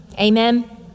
Amen